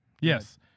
Yes